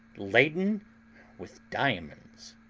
laden with diamonds.